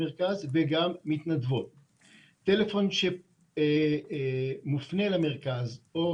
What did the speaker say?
קידמו הרבה ושינו את כל שלבי החקירה מאז הם